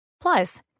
Plus